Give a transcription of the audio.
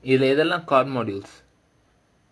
இது இதெல்லாம்:idhu idhellaam car modules